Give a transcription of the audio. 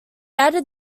added